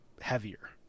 heavier